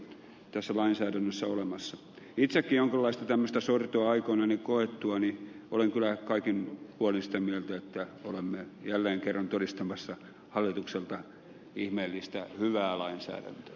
tässä lainsäädännössä olemassa itsekin on koostamista sorto aikoinani koettuani olen tulee kaikin puolin sitä mieltä että olemme jälleen kerran todistamassa hallitukselta ihmeellistä hyvä olla itseään